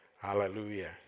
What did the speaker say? Hallelujah